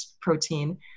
protein